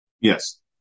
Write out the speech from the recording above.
Yes